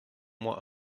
moi